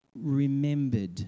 remembered